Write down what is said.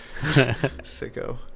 Sicko